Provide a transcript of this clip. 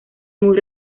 muy